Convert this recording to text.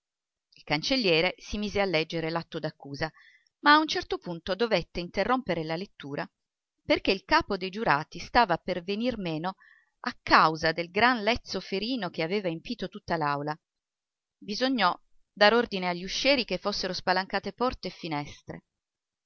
il cancelliere si mise a leggere l'atto d'accusa ma a un certo punto dovette interrompere la lettura perché il capo dei giurati stava per venir meno a causa del gran lezzo ferino che aveva empito tutta l'aula bisognò dar ordine agli uscieri che fossero spalancate porte e finestre